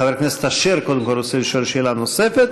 חבר הכנסת אשר קודם כול רוצה לשאול שאלה נוספת.